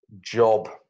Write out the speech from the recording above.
job